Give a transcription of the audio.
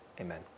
Amen